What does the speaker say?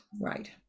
right